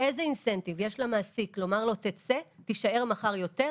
איזה אינסנטיב יש למעסיק לומר לו: תצא ותישאר מחר יותר,